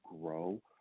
grow